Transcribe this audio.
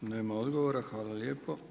Nema odgovora, hvala lijepo.